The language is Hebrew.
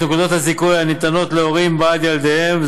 נקודות הזיכוי הניתנות להורים בעד ילדיהם,